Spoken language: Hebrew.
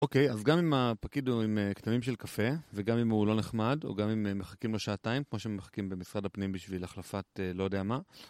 אוקיי, אז גם אם הפקיד הוא עם כתמים של קפה, וגם אם הוא לא נחמד, או גם אם מחכים לו שעתיים, כמו שמחכים במשרד הפנים בשביל החלפת לא יודע מה.